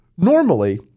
Normally